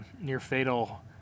near-fatal